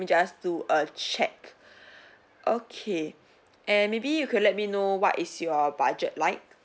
just do a check okay and maybe you could let me know what is your budget like